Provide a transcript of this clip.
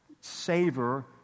savor